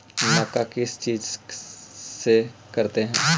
मक्का किस चीज से करते हैं?